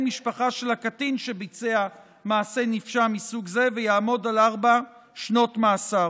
משפחה של הקטין שביצע מעשה נפשע מסוג זה ויעמוד על ארבע שנות מאסר.